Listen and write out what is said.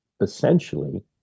essentially